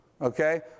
okay